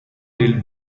del